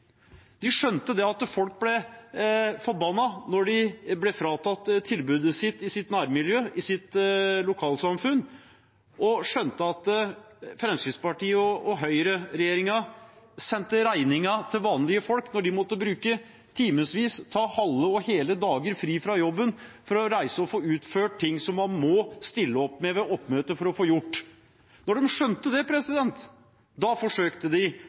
De skjønte at folk ble forbanna når de ble fratatt tilbudet i sitt nærmiljø, i sitt lokalsamfunn, og skjønte at Fremskrittspartiet og høyreregjeringen sendte regningen til vanlige folk, for de måtte bruke timer, ta halve og hele dager fri fra jobben for å reise og få utført ting som man måtte møte opp for å få gjort. Da de skjønte det, forsøkte de